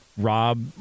Rob